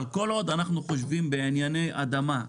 אבל כל עוד אנחנו חושבים בענייני אדמה,